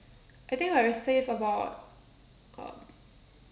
I think I save about uh